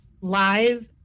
live